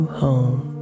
home